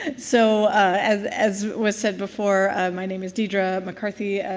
and so as as was said before my name is diedre mccarthy,